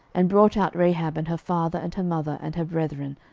and brought out rahab, and her father, and her mother, and her brethren,